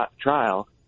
trial